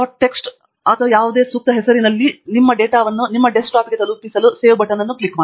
text ಎಂಬ text file ಆಗಿ ಡೇಟಾವನ್ನು ನಿಮ್ಮ ಡೆಸ್ಕ್ಟಾಪ್ಗೆ ತಲುಪಲು ಸೇವ್ ಬಟನ್ ಕ್ಲಿಕ್ ಮಾಡಿ